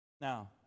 Now